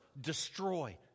destroy